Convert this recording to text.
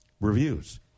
reviews